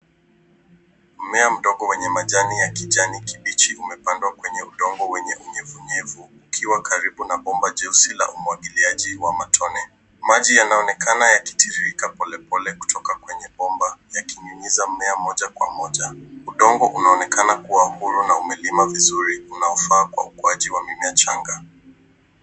Mmea mdogo wenye majani ya kijani kibichi umepandwa kwenye udongo wenye unyevunyevu ukiwa karibu na bomba jeusi la umwagiliaji wa matone. Maji yanaonekana yakitiririka polepole kutoka kwenye bomba yakinyunyuza mmea moja mwa moja. Udongo unaonekana kuwa huru na umelimwa vizuri unaofaa kwa ukuaji wa mimea michanga.